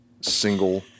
single